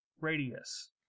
radius